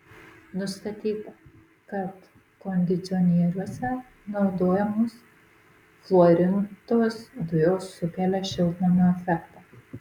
nustatyta kad kondicionieriuose naudojamos fluorintos dujos sukelia šiltnamio efektą